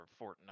Fortnite